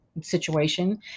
situation